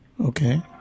Okay